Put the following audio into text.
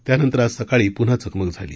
त्यानंतर आज सकाळी पुन्हा चकमक झाली